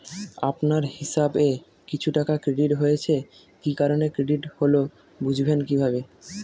আপনার হিসাব এ কিছু টাকা ক্রেডিট হয়েছে কি কারণে ক্রেডিট হল বুঝবেন কিভাবে?